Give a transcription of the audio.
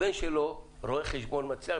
הבן שלו רואה חשבון מצליח.